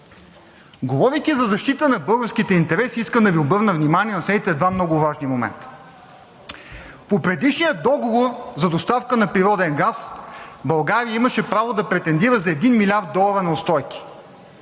Говорейки за защита на българските интереси, искам да Ви обърна внимание на следните два много важни момента. По предишния договор за доставка на природен газ България имаше право да претендира за 1 млрд. долара неустойки.